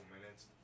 minutes